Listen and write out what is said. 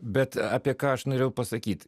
bet apie ką aš norėjau pasakyt